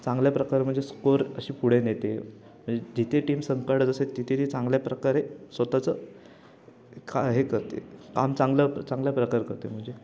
चांगल्या प्रकारे म्हणजे स्कोर अशी पुढे नेते म्हणजे जिथे टीम संकटात असेल तिथे ती चांगल्या प्रकारे स्वतःचं का हे करते काम चांगलं चांगल्या प्रकारे करते म्हणजे